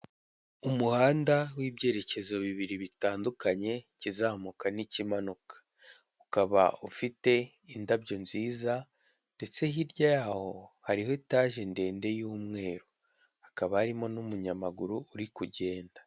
Umuhanda w'ibyerekezo bibiri bitandukanye ikizamuka n'ikimanuka, ukaba ufite indabyo nziza ndetse hirya yaho hariho etaje ndende y'umweru, hakaba harimo n'umunyamaguru uri kugenda.